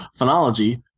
Phonology